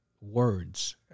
words